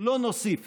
לא נוסיף